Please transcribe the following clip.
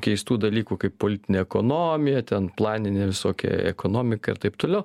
keistų dalykų kaip politinė ekonomija ten planinė visokia ekonomika ir taip toliau